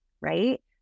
right